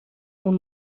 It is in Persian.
اون